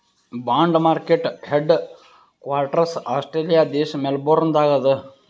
bond market headquarters Australia ದೇಶ್ Melbourne ದಾಗ್ ಅದಾ